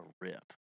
rip